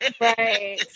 Right